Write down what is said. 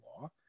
law